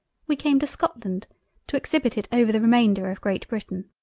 we came to scotland to exhibit it over the remainder of great britain.